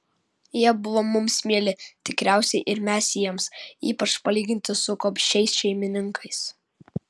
jie buvo mums mieli tikriausiai ir mes jiems ypač palyginti su gobšiais šeimininkais